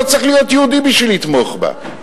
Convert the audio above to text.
לא צריך להיות יהודי בשביל לתמוך בה.